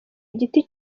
igiti